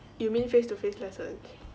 you mean face to face lessons